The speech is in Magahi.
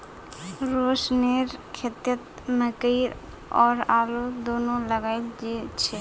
रोशनेर खेतत मकई और आलू दोनो लगइल छ